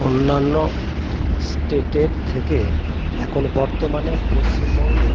অন্যান্য স্টেটের থেকে এখন বর্তমানে পশ্চিমবঙ্গের